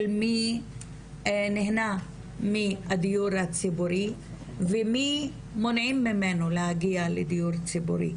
של מי נהנה מהדיור הציבורי ומי מונעים ממנו להגיע לדיור ציבורי.